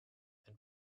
and